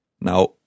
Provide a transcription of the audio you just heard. Now